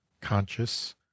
conscious